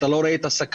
אתה לא רואה את הסכנה,